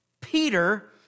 Peter